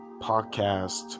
podcast